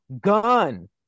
gun